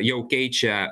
jau keičia